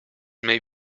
may